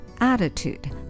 attitude